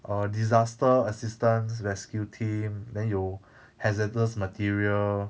err disaster assistance rescue team then 有 hazardous material